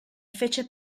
fece